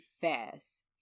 fast